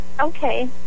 Okay